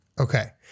Okay